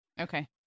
Okay